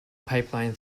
pipeline